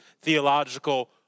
theological